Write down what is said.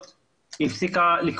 היא הפסיקה לתת התניות בתכניות,